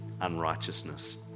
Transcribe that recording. unrighteousness